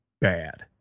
bad